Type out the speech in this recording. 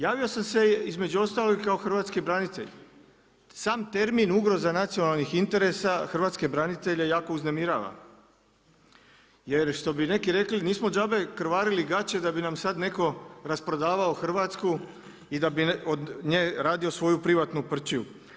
Javio sam se između ostalog i kao hrvatski branitelj, sam termin ugroza nacionalnih interesa hrvatske branitelje jako uznemirava jer što bi neki rekli krvarili gaće da bi nam sada netko rasprodavao Hrvatsku i da bi od nje radio svoju privatnu prćiju.